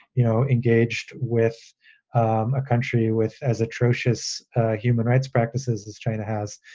you know, engaged with a country with as atrocious human rights practices as china has.